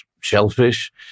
shellfish